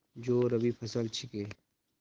जौ रबी फसल छिके